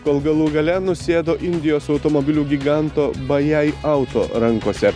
kol galų gale nusėdo indijos automobilių giganto bajaj auto rankose